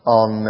on